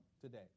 today